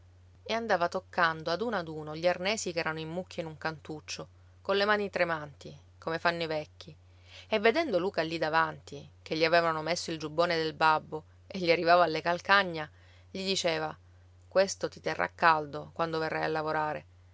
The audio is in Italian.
e andava toccando ad uno ad uno gli arnesi che erano in mucchio in un cantuccio colle mani tremanti come fanno i vecchi e vedendo luca lì davanti che gli avevano messo il giubbone del babbo e gli arrivava alle calcagna gli diceva questo ti terrà caldo quando verrai a lavorare